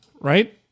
right